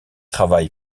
travaille